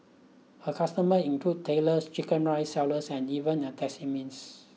her customers include tailors chicken rice sellers and even a taxidermist